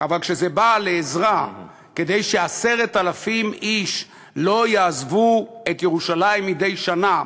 אבל כשזה בא לעזרה כדי ש-10,000 איש לא יעזבו את ירושלים מדי שנה,